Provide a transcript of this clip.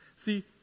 See